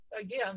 again